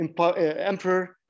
emperor